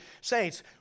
Saints